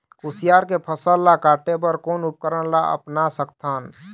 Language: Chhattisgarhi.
कुसियार के फसल ला काटे बर कोन उपकरण ला अपना सकथन?